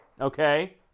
Okay